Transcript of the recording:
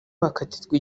bakatirwa